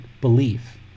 belief